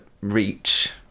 reach